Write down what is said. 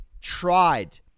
tried